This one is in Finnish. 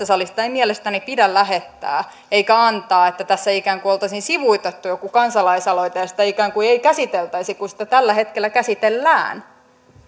salista ei mielestäni pidä lähettää eikä antaa että tässä ikään kuin oltaisiin sivuutettu joku kansalaisaloite ja sitä ikään kuin ei käsiteltäisi kun sitä tällä hetkellä käsitellään